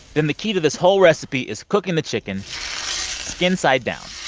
then the key to this whole recipe is cooking the chicken skin-side down